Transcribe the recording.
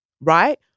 right